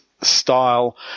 style